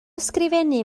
ysgrifennu